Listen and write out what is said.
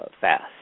fast